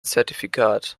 zertifikat